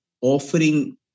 offering